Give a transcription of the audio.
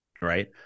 Right